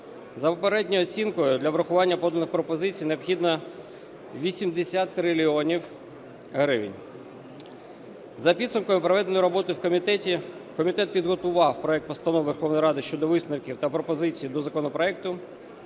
За попередньою оцінкою, для врахування поданих пропозицій необхідно 80 трильйонів гривень. За підсумками проведеної роботи в комітеті комітет підготував проект Постанови Верховної Ради щодо висновків та пропозицій до законопроекту